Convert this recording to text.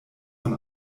von